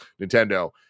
Nintendo